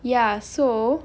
ya so